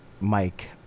Mike